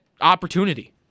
opportunity